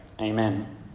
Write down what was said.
Amen